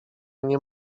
nie